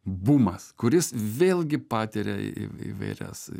bumas kuris vėlgi patiria į įvairias